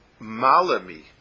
malami